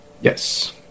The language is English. Yes